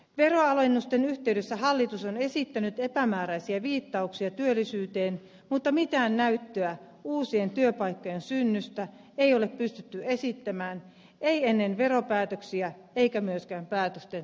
veronalennusten yhteydessä hallitus on esittänyt epämääräisiä viittauksia työllisyyteen mutta mitään näyttöä uusien työpaikkojen synnystä ei ole pystytty esittämään ei ennen veropäätöksiä eikä myöskään päätösten seurauksena